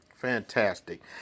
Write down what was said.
Fantastic